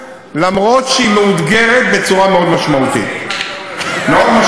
אף שהיא מאותגרת בצורה משמעותית מאוד,